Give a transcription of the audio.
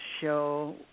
show